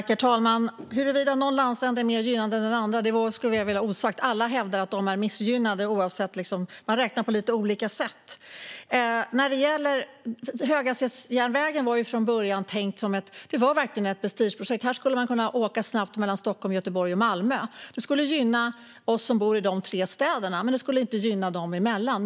Herr talman! Huruvida någon landsände är mer gynnad än någon annan vill jag ha osagt. Alla hävdar att de missgynnade. Man räknar på lite olika sätt. Höghastighetsjärnvägen var verkligen ett prestigeprojekt från början. Man skulle kunna åka snabbt mellan Stockholm, Göteborg och Malmö. Det skulle gynna oss som bor i de tre städerna, men det skulle inte gynna dem som bor däremellan.